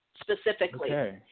specifically